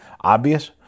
obvious